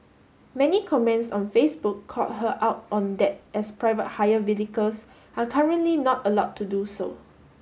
many comments on Facebook called her out on that as private hire are currently not allowed to do so